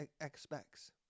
expects